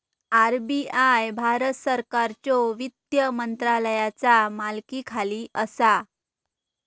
RBI Bharat सरकारच्यो वित्त मंत्रालयाचा मालकीखाली असा